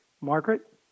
Margaret